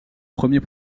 premier